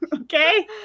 okay